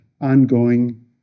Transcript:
ongoing